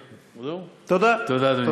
תודה, אדוני.